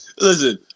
Listen